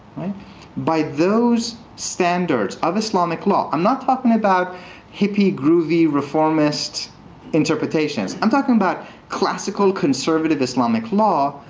by those standards of islamic law i'm not talking about hippie, groovy, reformist interpretations i'm talking about classical, conservative islamic law,